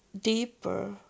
deeper